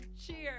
Cheers